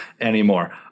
anymore